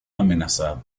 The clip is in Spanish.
amenazado